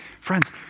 Friends